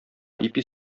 ипи